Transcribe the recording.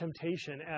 temptation